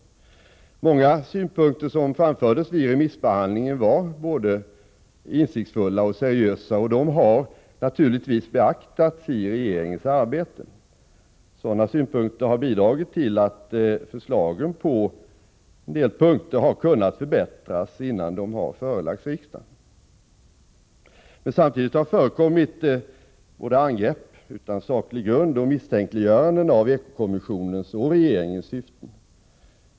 Många synpunkter som framfördes under remissbehandlingen var både insiktsfulla och seriösa, och de har naturligtvis beaktats i regeringens arbete. Sådana synpunkter har bidragit till att förslagen på en del punkter har kunnat förbättras innan de har förelagts riksdagen. Samtidigt har det förekommit både angrepp utan saklig grund och misstänkliggöranden av eko-kommissionens och regeringens syften.